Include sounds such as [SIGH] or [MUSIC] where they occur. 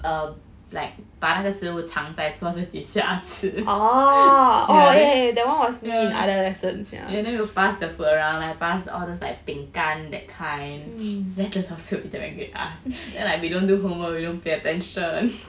err like 把那个食物藏在那个桌子底下吃 [LAUGHS] yeah then then we will pass the food around like pass all those like 饼干 that kind [BREATH] then the 老师 will be damn angry at us then like we don't do homework we don't pay attention [LAUGHS]